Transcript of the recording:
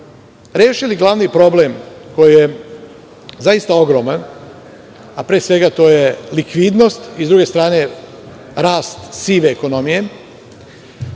rešili glavni problem koji je zaista ogroman, a to je likvidnost, a sa druge strane rast sive ekonomije,